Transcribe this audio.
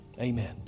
amen